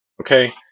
Okay